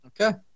Okay